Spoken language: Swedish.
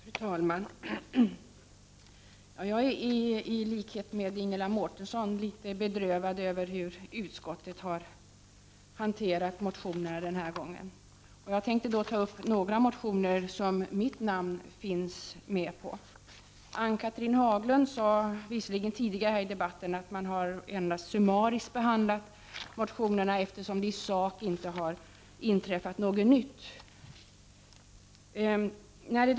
Fru talman! Jag är i likhet med Ingela Mårtensson något bedrövad över hur utskottet den här gången har hanterat motionerna. Jag tänkte ta upp några motioner som mitt namn finns med på. Ann-Cathrine Haglund sade tidigare i debatten att man endast summariskt hade behandlat motionerna, eftersom det i sak inte har inträffat något nytt.